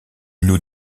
noue